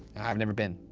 i have never been.